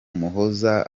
muhoza